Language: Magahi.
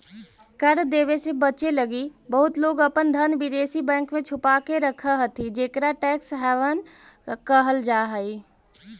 कर देवे से बचे लगी बहुत लोग अपन धन विदेशी बैंक में छुपा के रखऽ हथि जेकरा टैक्स हैवन कहल जा हई